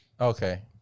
Okay